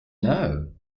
know